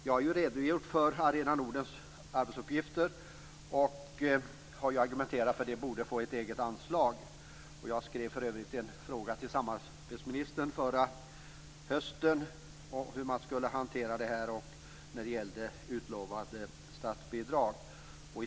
Jag har redogjort för Arena Nordens arbetsuppgifter och argumenterat för att det borde få ett eget anslag. Jag skrev för övrigt en fråga till samarbetsministern förra hösten om hur man skall hantera det och om utlovade statsbidrag.